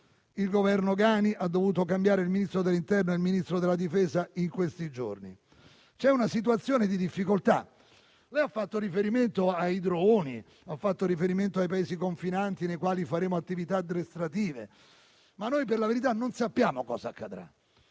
il Governo Ghani ha dovuto cambiare il Ministro dell'interno e il Ministro della difesa in questi giorni; c'è una situazione di difficoltà. Lei ha fatto riferimento ai droni, ai Paesi confinanti nei quali faremo attività addestrative, ma noi per la verità non sappiamo cosa accadrà.